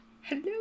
Hello